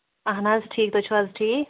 اَہَن حظ ٹھیٖک تُہۍ چھِو حظ ٹھیٖک